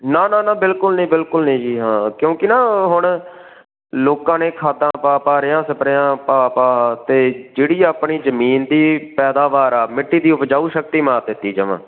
ਨਾ ਨਾ ਨਾ ਬਿਲਕੁਲ ਨਹੀਂ ਬਿਲਕੁਲ ਨਹੀਂ ਜੀ ਹਾਂ ਕਿਉਂਕਿ ਨਾ ਹੁਣ ਲੋਕਾਂ ਨੇ ਖਾਦਾਂ ਪਾ ਪਾ ਰੇਹਾਂ ਸਪਰੇਆਂ ਪਾ ਪਾ ਅਤੇ ਜਿਹੜੀ ਆਪਣੀ ਜ਼ਮੀਨ ਦੀ ਪੈਦਾਵਾਰ ਆ ਮਿੱਟੀ ਦੀ ਉਪਜਾਊ ਸ਼ਕਤੀ ਮਾਰ ਦਿੱਤੀ ਜਮਾਂ